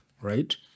right